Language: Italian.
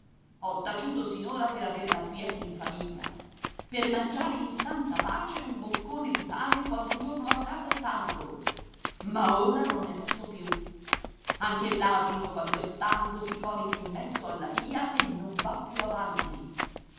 ho taciuto sinora per aver la quiete in famiglia per mangiare in santa pace un boccone di pane quando torno a casa stanco ma ora non ne posso più anche l'asino quando è stanco si corica in mezzo alla via e non va più avanti